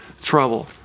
trouble